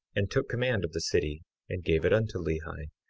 and took command of the city and gave it unto lehi.